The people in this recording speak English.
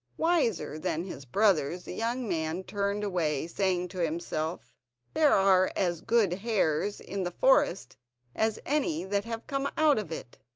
wiser than his brothers, the young man turned away, saying to himself there are as good hares in the forest as any that have come out of it,